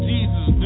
Jesus